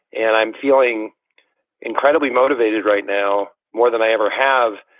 and i'm feeling incredibly motivated right now more than i ever have